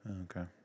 Okay